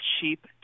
Cheap